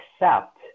accept